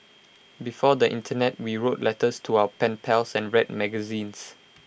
before the Internet we wrote letters to our pen pals and read magazines